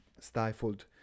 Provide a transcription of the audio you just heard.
stifled